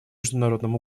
международном